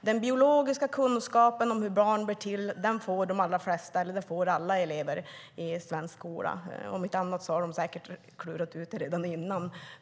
Den biologiska kunskapen om hur barn blir till får alla elever i svensk skola - de har säkert klurat ut det redan innan.